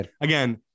again